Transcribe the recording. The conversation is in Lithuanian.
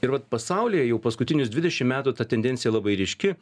ir vat pasaulyje jau paskutinius dvidešim metų ta tendencija labai ryški